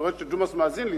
אני רואה שג'ומס מאזין לי,